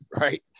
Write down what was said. right